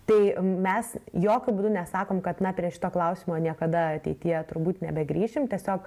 tai mes jokiu būdu nesakom kad na prie šito klausimo niekada ateityje turbūt nebegrįšim tiesiog